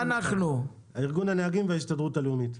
ארגון הנהגים וההסתדרות הלאומית.